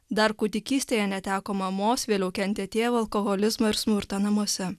dar kūdikystėje neteko mamos vėliau kentė tėvo alkoholizmą ir smurtą namuose